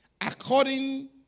according